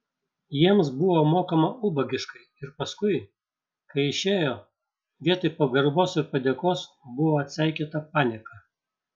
jiems buvo mokama ubagiškai ir paskui kai išėjo vietoj pagarbos ir padėkos buvo atseikėta panieka